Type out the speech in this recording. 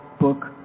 book